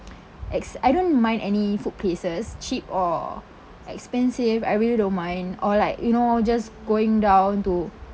ex~ I don't mind any food places cheap or expensive I really don't mind or like you know just going down to